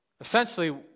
essentially